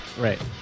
Right